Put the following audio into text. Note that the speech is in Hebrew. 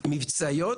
מבצעיות,